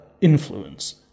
influence